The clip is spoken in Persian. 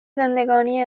زندگانی